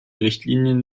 richtlinien